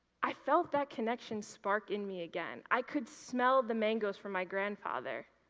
i felt that connection spark in me again. i could smell the mangos from my grandfather.